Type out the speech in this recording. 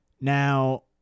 Now